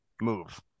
move